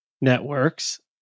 networks